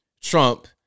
Trump